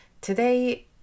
Today